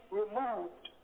removed